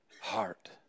heart